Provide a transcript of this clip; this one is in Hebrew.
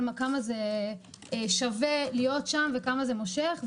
על כמה שווה להיות שם וכמה זה מושך,